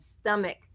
stomach